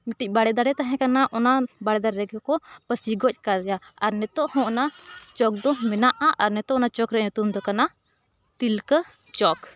ᱢᱤᱴᱤᱡ ᱵᱟᱲᱮ ᱫᱟᱨᱮ ᱛᱟᱦᱮᱸ ᱠᱟᱱᱟ ᱚᱱᱟ ᱵᱟᱲᱮ ᱫᱟᱨᱮ ᱨᱮᱜᱮ ᱠᱚ ᱯᱟᱹᱥᱤ ᱜᱚᱡ ᱟᱠᱟᱫᱮᱭᱟ ᱟᱨ ᱱᱤᱛᱳᱜ ᱦᱚᱸ ᱚᱱᱟ ᱪᱚᱠ ᱫᱚ ᱢᱮᱱᱟᱜᱼᱟ ᱟᱨ ᱱᱤᱛᱳᱜ ᱚᱱᱟ ᱪᱚᱠ ᱨᱮ ᱧᱩᱛᱩᱢ ᱫᱚ ᱠᱟᱱᱟ ᱛᱤᱞᱠᱟᱹ ᱪᱚᱠ